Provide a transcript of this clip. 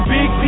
Big